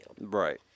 Right